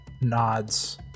nods